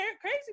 crazy